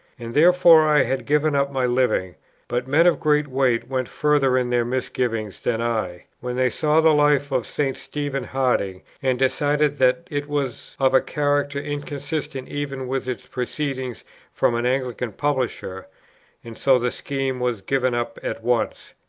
and therefore i had given up my living but men of great weight went further in their misgivings than i, when they saw the life of st. stephen harding, and decided that it was of a character inconsistent even with its proceeding from an anglican publisher and so the scheme was given up at once.